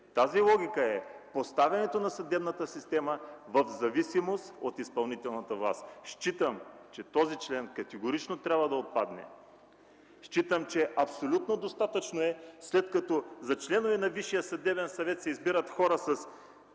Тази логика е поставянето на съдебната система в зависимост от изпълнителната власт. Считам, че този член категорично трябва да отпадне. Считам, че е абсолютно достатъчно, след като за членове на Висшия съдебен съвет се избират хора с